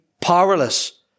powerless